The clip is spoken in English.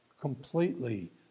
completely